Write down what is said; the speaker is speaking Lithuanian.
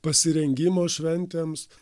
pasirengimo šventėms